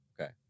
okay